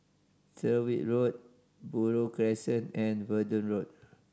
Tyrwhitt Road Buroh Crescent and Verdun Road